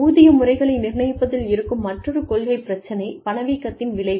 ஊதிய முறைகளை நிர்ணயிப்பதில் இருக்கும் மற்றொரு கொள்கை பிரச்சனை பணவீக்கத்தின் விளைவு